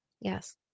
Yes